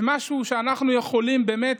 עושים משהו שאנחנו יכולים באמת,